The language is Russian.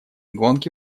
гонки